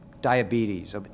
diabetes